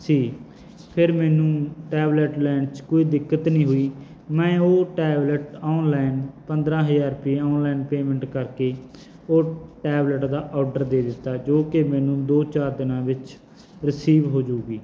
ਸੀ ਫਿਰ ਮੈਨੂੰ ਟੈਬਲੇਟ ਲੈਣ 'ਚ ਕੋਈ ਦਿੱਕਤ ਨਹੀਂ ਹੋਈ ਮੈਂ ਉਹ ਟੈਬਲਟ ਆਨਲਾਈਨ ਪੰਦਰ੍ਹਾਂ ਹਜ਼ਾਰ ਰੁਪਏ ਆਨਲਾਈਨ ਪੇਮੈਂਟ ਕਰਕੇ ਉਹ ਟੈਬਲੇਟ ਦਾ ਔਡਰ ਦੇ ਦਿੱਤਾ ਜੋ ਕਿ ਮੈਨੂੰ ਦੋ ਚਾਰ ਦਿਨਾਂ ਵਿੱਚ ਰਿਸੀਵ ਹੋਜੂਗੀ